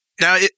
Now